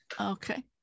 Okay